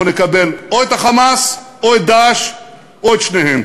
אנחנו נקבל או את ה"חמאס" או את "דאעש" או את שניהם,